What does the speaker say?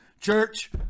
church